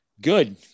Good